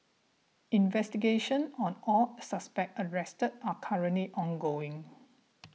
investigations on all suspects arrested are currently ongoing